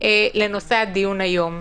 לנושא הדיון היום?